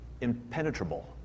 impenetrable